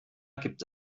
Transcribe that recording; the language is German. gibt